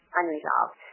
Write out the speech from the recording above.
unresolved